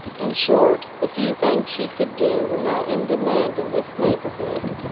in short, the few things she could do were not in demand in this neighborhood.